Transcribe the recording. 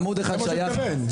זה מה שהוא התכוון.